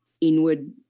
inward